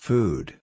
Food